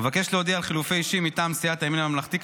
אבקש להודיע על חילופי אישים מטעם סיעת הימין הממלכתי,